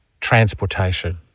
transportation